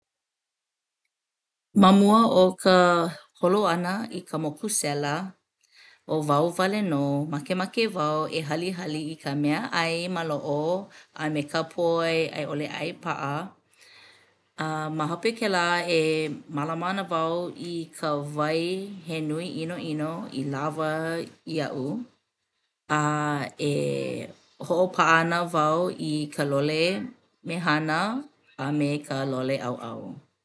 Ma mua o ka holo ʻana i ka moku sela ʻo wau wale nō makemake wau e halihali i ka meaʻai maloʻo a me ka poi a i ʻole ʻai paʻa. Ma hope kēlā e mālama ana au i ka wai he nui ʻinoʻino i lawa iaʻu. E hoʻopaʻa ana wau i ka lole mehana a me ka lole ʻauʻau.